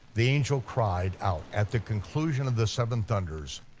the angel cried out at the conclusion of the seven thunders,